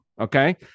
okay